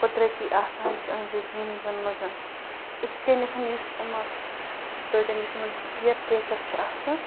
قۄدرٕتی آسان چھِ یِہٕنٛدِس جیٖنسَن منٛز یِتھ کَنٮ۪تھ یُس یِمَن سۭتۍ یُس یِمَن کیر ٹیکَر چھِ آسان